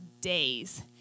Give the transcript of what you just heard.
days